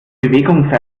bewegung